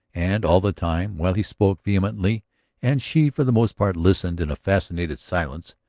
and all the time, while he spoke vehemently and she for the most part listened in a fascinated silence,